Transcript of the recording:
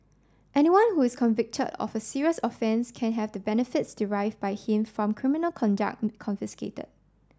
anyone who is convicted of a serious offence can have the benefits derive by him from criminal conduct confiscated